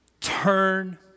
turn